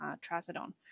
Trazodone